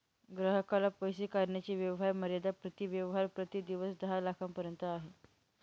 ग्राहकाला पैसे काढण्याची व्यवहार मर्यादा प्रति व्यवहार प्रति दिवस दहा लाखांपर्यंत आहे